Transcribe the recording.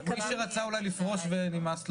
ומי שרצה לפרוש ונמאס לו?